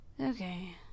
Okay